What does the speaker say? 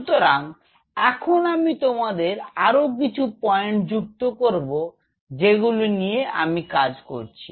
সুতরাং এখন আমি তোমাদের আরও কিছু পয়েন্ট যুক্ত করবো যেগুলো নিয়ে আমরা কাজ করছি